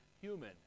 human